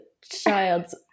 child